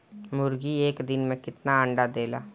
मुर्गी एक दिन मे कितना अंडा देला?